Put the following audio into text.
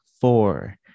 four